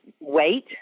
wait